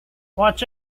watch